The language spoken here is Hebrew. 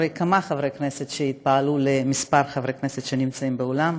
אחרי כמה חברי כנסת שהתפעלו ממספר חברי הכנסת שנמצאים באולם.